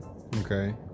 okay